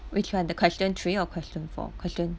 which one the question three or question four question